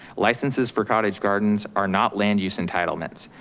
licenses for cottage gardens are not land use entitlements.